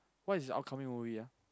what is the upcoming movie ah